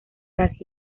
las